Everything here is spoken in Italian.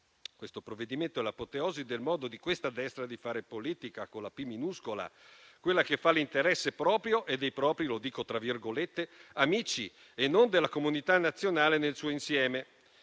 Questo provvedimento è l'apoteosi del modo di questa destra di fare politica con la p minuscola, quella che fa l'interesse proprio e dei "propri amici" e non della comunità nazionale nel suo insieme.